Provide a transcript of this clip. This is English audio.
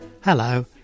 Hello